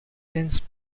since